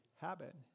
habit